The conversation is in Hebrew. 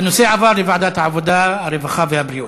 הנושא עבר לוועדת העבודה, הרווחה והבריאות.